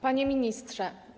Panie Ministrze!